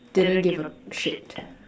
didn't give a shit